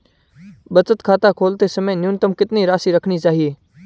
बचत खाता खोलते समय न्यूनतम कितनी राशि रखनी चाहिए?